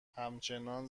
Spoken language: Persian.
همچنان